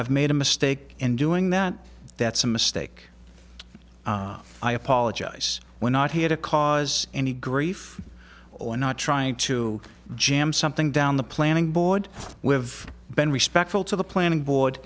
i've made a mistake in doing that that's a mistake i apologize we're not here to cause any grief or not trying to jam something down the planning board we've been respectful to the planning board